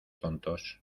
tontos